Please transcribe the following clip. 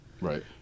right